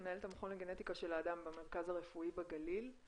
מנהלת המכון לגנטיקה של האדם במרכז הרפואי לגליל.